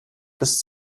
bis